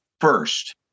first